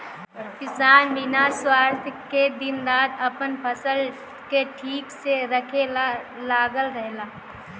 किसान बिना स्वार्थ के दिन रात आपन फसल के ठीक से रखे ला लागल रहेला